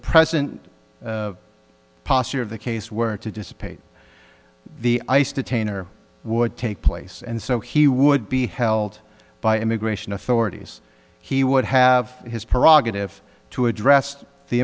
president posture of the case were to dissipate the ice detain or would take place and so he would be held by immigration authorities he would have his prerogative to address the